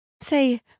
Say